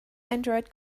android